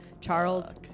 Charles